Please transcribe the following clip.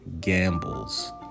gambles